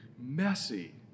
messy